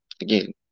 again